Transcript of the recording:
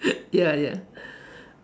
ya ya